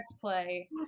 play